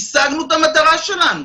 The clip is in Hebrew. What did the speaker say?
הישגנו את המטרה שלנו.